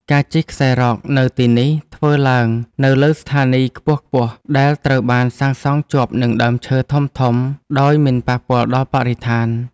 ការជិះខ្សែរ៉កនៅទីនេះ ធ្វើឡើងនៅលើស្ថានីយខ្ពស់ៗដែលត្រូវបានសាងសង់ជាប់នឹងដើមឈើធំៗដោយមិនប៉ះពាល់ដល់បរិស្ថាន។